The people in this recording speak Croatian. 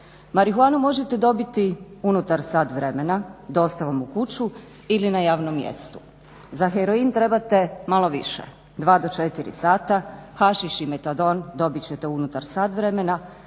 Marihuanu možete dobiti unutar sat vremena dostavom u kuću ili na javnom mjestu. Za heroin trebate malo više 2 do 4 sata, hašiš i metadon dobit ćete unutar sat vremena,